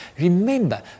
Remember